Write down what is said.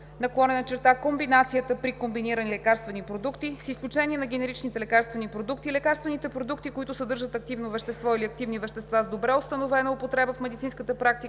продукт/комбинацията-при комбинирани лекарствени продукти, с изключение на генеричните лекарствени продукти и лекарствените продукти, които съдържат активно вещество или активни вещества с добре установена употреба в медицинската практика,